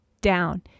down